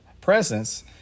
presence